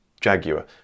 jaguar